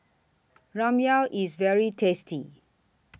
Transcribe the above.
Ramyeon IS very tasty